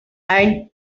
and